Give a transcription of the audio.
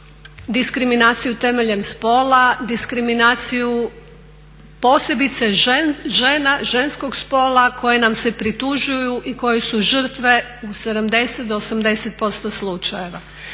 diskriminaciju temeljem spola, diskriminaciju posebice ženskog spola koje nam se pritužuju i koje su žrtve u 70 do 80% slučajeva.